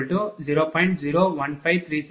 64460